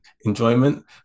enjoyment